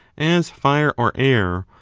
as fire or air,